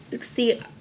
See